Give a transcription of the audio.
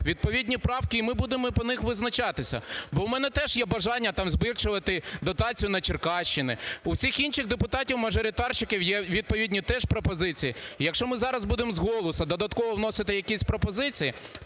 відповідні правки - і ми будемо по них визначатися. Бо у мене теж є бажання там збільшувати дотацію на Черкащині, у всіх іншихдепутатів-мажоритарщиків є відповідні теж пропозиції. Якщо ми зараз будемо з голосу додатково вносити якісь пропозиції,